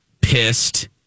pissed